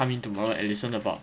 I mean tomorrow and listen about